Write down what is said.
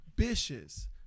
ambitious